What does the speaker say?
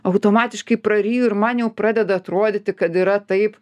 automatiškai praryju ir man jau pradeda atrodyti kad yra taip